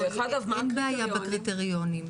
אין בעיה בקריטריונים,